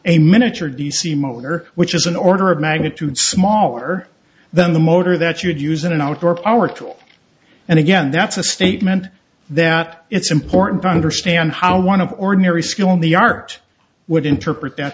a miniature d c motor which is an order of magnitude smaller than the motor that you would use in an outdoor power tool and again that's a statement that it's important to understand how one of ordinary skill in the art would interpret that